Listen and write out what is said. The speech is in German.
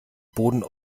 boden